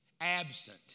absent